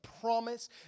promise